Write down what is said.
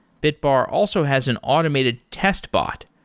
bitbar also has an automated test bot,